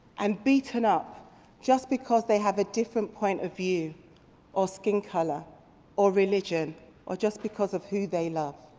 and beaten up just because they have a different point of view or skin colour or religion or just because of who they love.